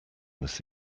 this